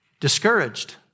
Discouraged